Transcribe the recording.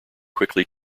quickly